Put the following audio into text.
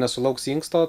nesulauks inksto